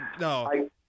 no